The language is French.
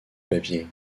papier